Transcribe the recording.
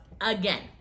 again